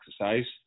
exercise